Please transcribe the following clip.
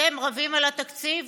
אתם רבים על התקציב